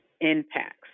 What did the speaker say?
impacts